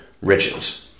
riches